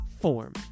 form